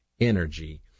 energy